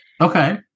Okay